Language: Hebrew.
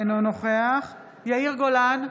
אינו נוכח יאיר גולן,